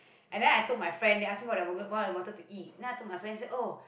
and then I took my friend they ask what I wanted what I wanted to eat then I took my say oh